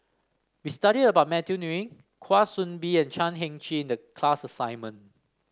we studied about Matthew Ngui Kwa Soon Bee and Chan Heng Chee in the class assignment